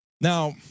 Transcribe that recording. Now